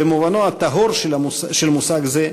במובנו הטהור של מושג זה,